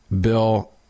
bill